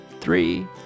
three